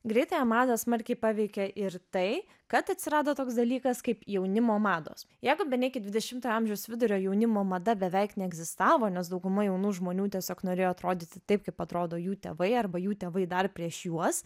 greitąją madą smarkiai paveikė ir tai kad atsirado toks dalykas kaip jaunimo mados jeigu bene iki dvidešimtojo amžiaus vidurio jaunimo mada beveik neegzistavo nes dauguma jaunų žmonių tiesiog norėjo atrodyti taip kaip atrodo jų tėvai arba jų tėvai dar prieš juos